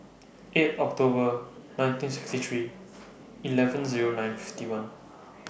eight October nineteen sixty three eleven Zero nine fifty one